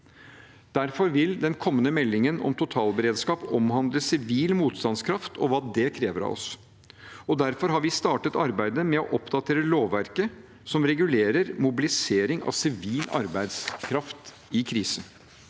Derfor vil den kommende meldingen om totalberedskap omhandle sivil motstandskraft og hva det krever av oss, og derfor har vi startet arbeidet med å oppdatere lovverket som regulerer mobilisering av sivil arbeidskraft i krise.